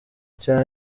cya